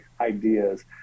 ideas